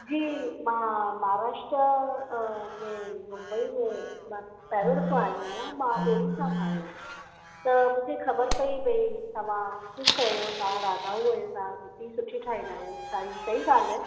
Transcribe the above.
जी मां महाराष्ट्रा में मुंबई में मां पहिरियों दफ़ो आई आहियां मां उड़ीसा मां आहियां त मूंखे खबर पई ई तव्हां कूक आहियो त शइ सुठी ठाहींदा आयो छा ये सही ॻाल्हि आहे